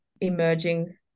emerging